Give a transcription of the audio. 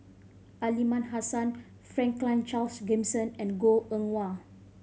Aliman Hassan Franklin Charles Gimson and Goh Eng Wah